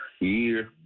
year